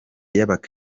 y’imbaga